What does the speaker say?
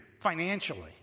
financially